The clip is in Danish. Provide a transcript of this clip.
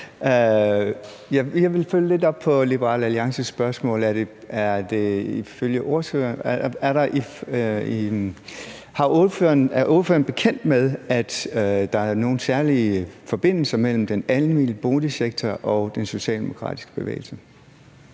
Jeg vil følge lidt op på Liberal Alliances spørgsmål. Er ordføreren bekendt med, at der er nogle særlige forbindelser mellem den almene boligsektor og den socialdemokratiske bevægelse?